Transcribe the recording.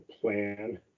plan